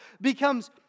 becomes